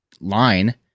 line